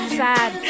sad